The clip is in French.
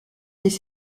les